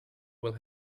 will